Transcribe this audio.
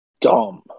dumb